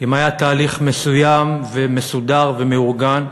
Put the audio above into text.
אם היה תהליך מסוים ומסודר ומאורגן,